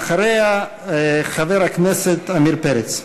ואחריה, חבר הכנסת עמיר פרץ.